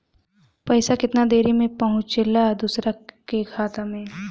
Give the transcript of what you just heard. पैसा कितना देरी मे पहुंचयला दोसरा के खाता मे?